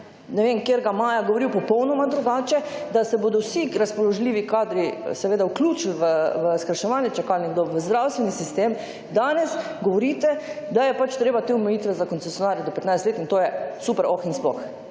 ne vem katerega maja govoril popolnoma drugače, da se bodo vsi razpoložljivi kadri seveda vključili v skrajševanje čakalnih dob v zdravstveni sistem, danes govorite, da je pač treba te omejitve za koncesionarje do 15 let in to je super oh in sploh.